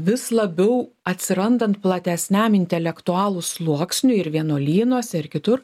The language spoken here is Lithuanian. vis labiau atsirandant platesniam intelektualų sluoksniui ir vienuolynuose ir kitur